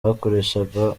bakoreshaga